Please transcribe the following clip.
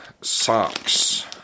socks